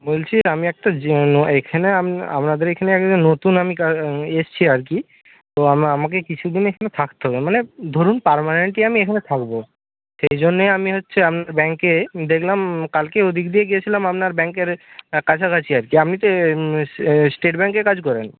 বলছি আমি একটা এইখানে আপনাদের এইখানে একজন নতুন আমি এসেছি আর কি তো আমাকে কিছু দিন এখানে থাকতে হবে মানে ধরুন পার্মানেন্টলি আমি এখানে থাকব সেইজন্যে আমি হচ্ছে আপনার ব্যাংকে দেখলাম কালকে ওদিক দিয়ে গিয়েছিলাম আপনার ব্যাংকের কাছাকাছি আর কি আপনি তো স্টেট ব্যাংকে কাজ করেন